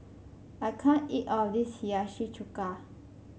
I can't eat all of this Hiyashi Chuka